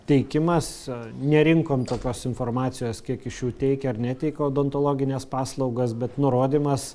teikimas nerinkom tokios informacijos kiek iš jų teikia ar neteikia odontologines paslaugas bet nurodymas